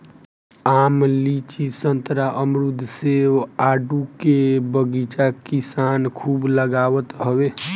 आम, लीची, संतरा, अमरुद, सेब, आडू के बगीचा किसान खूब लगावत हवे